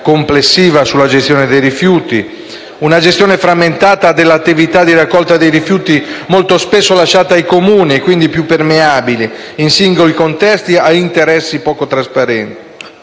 complessiva sulla gestione dei rifiuti, a una gestione frammentata dell'attività di raccolta dei rifiuti, molto spesso lasciata ai Comuni, e quindi più permeabili, in singoli contesti, di interessi poco trasparenti;